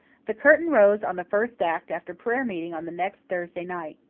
the curtain rose on the first act after prayer meeting on the next thursday night.